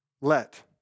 Let